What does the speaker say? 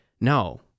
no